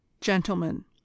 Gentlemen